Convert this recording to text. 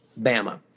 bama